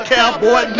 Cowboy